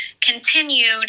continued